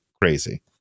crazy